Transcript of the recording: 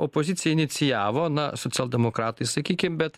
opozicija inicijavo na socialdemokratai sakykim bet